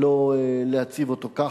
שלא להציב אותו כך,